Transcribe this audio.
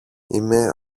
είμαι